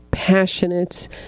Passionate